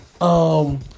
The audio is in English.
Um-